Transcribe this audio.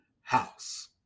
house